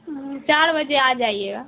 چار بجے آجائیے گا